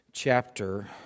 Chapter